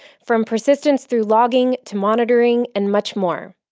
from persistence through logging, to monitoring, and much more.